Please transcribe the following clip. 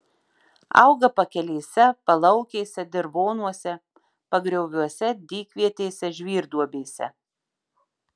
auga pakelėse palaukėse dirvonuose pagrioviuose dykvietėse žvyrduobėse